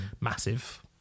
massive